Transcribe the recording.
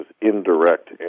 indirect